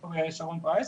ד"ר שרון פרייס,